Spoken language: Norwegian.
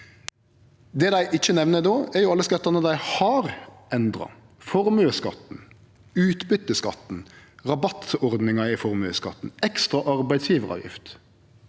Det dei ikkje nemner då, er jo alle skattane dei har endra: formuesskatten, utbyteskatten, rabattordninga i formuesskatten og ekstra arbeidsgjevaravgift.